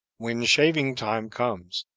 when shaving-time comes.